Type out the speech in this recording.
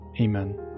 Amen